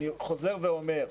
אני חוזר ואומר,